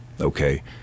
Okay